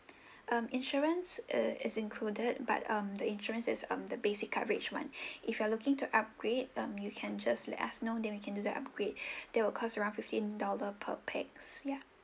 um insurance is included but um the insurance is um the basic coverage one if you are looking to upgrade um you can just let us know then we can do the upgrade there will cost around fifteen dollar per pax ya